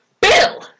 Bill